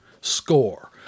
score